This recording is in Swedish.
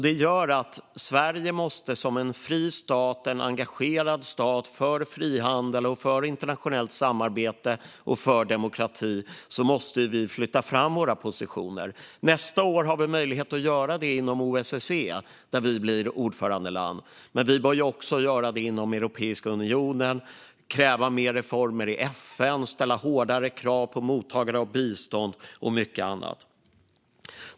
Det gör att Sverige, som en fri stat och som en stat som är engagerad för frihandel, internationellt samarbete och demokrati, måste flytta fram sina positioner. Nästa år finns möjlighet att göra det inom OSSE, där Sverige blir ordförandeland. Men Sverige bör också göra det inom Europeiska unionen samt kräva mer reformer i FN, ställa hårdare krav på mottagare av bistånd och mycket annat.